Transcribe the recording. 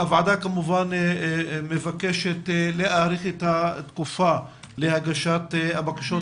הוועדה כמובן מבקשת להאריך את התקופה להגשת הבקשות